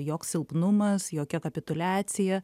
joks silpnumas jokia kapituliacija